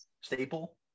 Staple